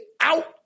out